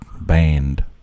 band